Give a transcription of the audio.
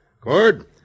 Cord